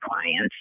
clients